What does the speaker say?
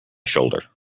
shoulder